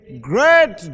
great